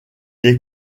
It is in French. est